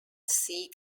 sea